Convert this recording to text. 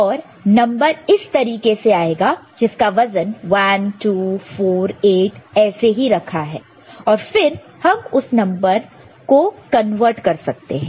और नंबर इस तरीके से आएगा जिसका वजन वेट weight1 2 4 8 ऐसे ही रखा है और फिर हम उस नंबर में कन्वर्ट कर सकते हैं